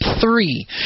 three